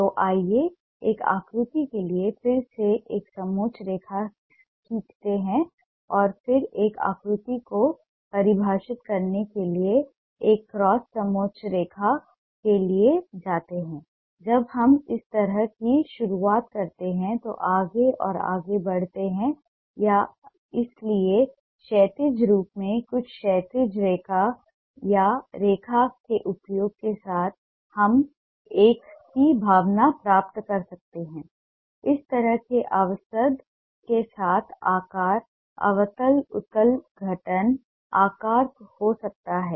तो आइए एक आकृति के लिए फिर से एक समोच्च रेखा खींचते हैं और फिर एक आकृति को परिभाषित करने के लिए एक क्रॉस समोच्च रेखा के लिए जाते हैं जब हम इस तरह की शुरुआत करते हैं तो आगे और आगे बढ़ते हैं या इसलिए क्षैतिज रूप में कुछ क्षैतिज रेखा या रेखा के उपयोग के साथ हम एककी भावना प्राप्त कर सकते हैं इस तरह के अवसाद के साथ आकार अवतल उत्तल गठन आकार हो सकता है